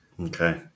Okay